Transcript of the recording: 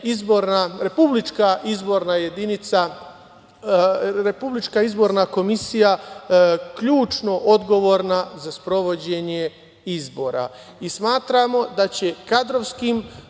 Republička izborna komisija ključno odgovorna za sprovođenje izbora